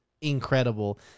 incredible